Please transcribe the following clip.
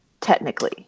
technically